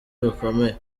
bikomeye